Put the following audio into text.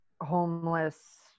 homeless